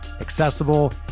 accessible